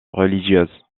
religieuse